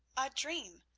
a dream?